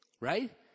right